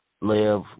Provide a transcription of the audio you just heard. live